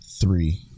Three